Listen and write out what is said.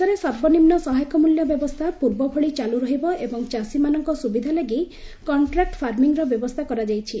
ଦେଶରେ ସର୍ବନିମ୍ନ ସହାୟକ ମୂଲ୍ୟ ବ୍ୟବସ୍ଥା ପୂର୍ବଭଳି ଚାଲୁ ରହିବ ଏବଂ ଚାଷୀମାନଙ୍କ ସୁବିଧା ଲାଗି କଣ୍ଟ୍ରାକ୍ ଫାର୍ମିଂର ବ୍ୟବସ୍ଥା କରାଯାଇଛି